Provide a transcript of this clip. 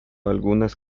algunas